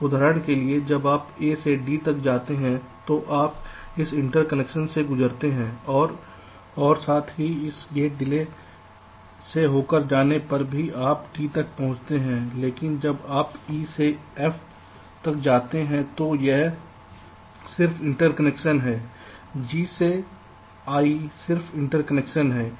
उदाहरण के लिए जब आप A से D तक जाते हैं तो आप इस इंटरकनेक्शन से गुजरते हैं और साथ ही इस गेट डिले से होकर जाने पर ही आप D तक पहुंचते हैं लेकिन जब आप E से F तक जाते हैं तो यह सिर्फ इंटरकनेक्शन है G से I सिर्फ इंटरकनेक्शन है